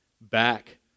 back